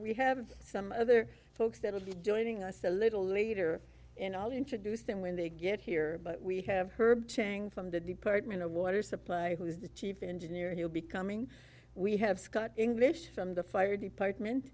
we have some other folks that will be joining us a little later and i'll introduce them when they get here but we have heard chang from the department of water supply who is the chief engineer and you'll be coming we have scott english from the fire department